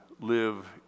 live